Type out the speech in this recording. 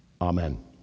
Amen